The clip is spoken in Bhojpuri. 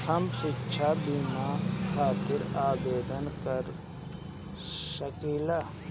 हम शिक्षा बीमा खातिर आवेदन कर सकिला?